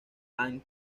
and